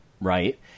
right